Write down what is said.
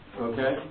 okay